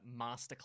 Masterclass